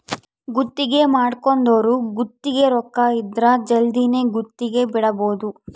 ಗುತ್ತಿಗೆ ಮಾಡ್ಕೊಂದೊರು ಗುತ್ತಿಗೆ ರೊಕ್ಕ ಇದ್ರ ಜಲ್ದಿನೆ ಗುತ್ತಿಗೆ ಬಿಡಬೋದು